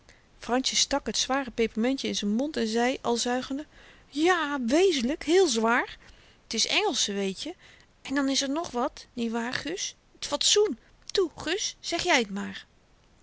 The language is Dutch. fransje stak t zware pepermentjen in z'n mond en zei al zuigende ja wezenlyk heel zwaar t is engelsche weetje en dan is r nog wat niet waar gus t fatsoen toe gus zeg jy t maar